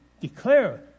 declare